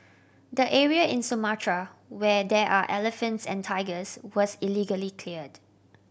the area in Sumatra where there are elephants and tigers was illegally cleared